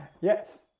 yes